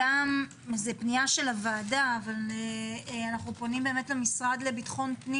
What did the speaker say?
פנייה של הוועדה - אבל אנו פונים למשרד לביטחון פנים